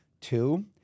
Two